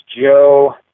Joe